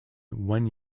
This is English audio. one